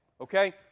Okay